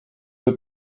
był